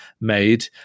made